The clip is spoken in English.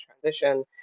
transition